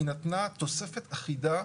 נתנה תוספת אחידה,